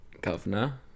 Governor